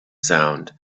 sound